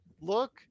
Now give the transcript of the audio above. look